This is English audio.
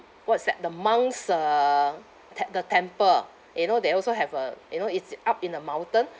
what's that the monks' uh te~ the temple you know they also have a you know it's up in the mountain